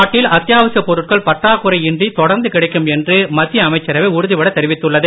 நாட்டில் அத்தியாவசியப் பொருட்கள் பற்றாக்குறை இன்றி தொடர்ந்து கிடைக்கும் என்று மத்திய அமைச்சரவை உறுதிபடத் தெரிவித்துள்ளது